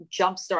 jumpstart